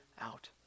out